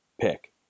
pick